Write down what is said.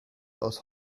aus